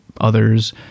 others